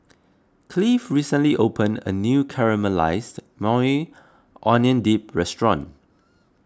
Cleave recently opened a new Caramelized Maui Onion Dip restaurant